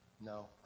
no